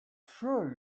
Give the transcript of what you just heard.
sure